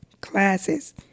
classes